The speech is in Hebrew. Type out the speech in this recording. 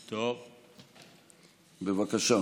בבקשה.